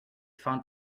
font